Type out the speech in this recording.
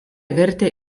vertė